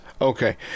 Okay